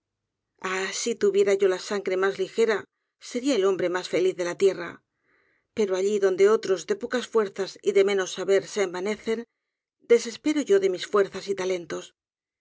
ah si tuviera yo la sangre mas ligera seria el líombre mas feliz de la tierra pero alli donde otros de pocas fuerzas y de menos saber se envanecen desespero ya de mis fuerzas y talentos